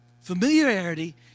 Familiarity